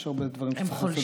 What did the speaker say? יש הרבה דברים שצריך לעשות,